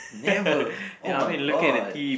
never oh my god